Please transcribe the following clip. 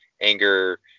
anger